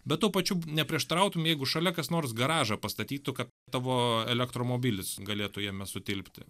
bet tuo pačiu neprieštarautum jeigu šalia kas nors garažą pastatytų kad tavo elektromobilis galėtų jame sutilpti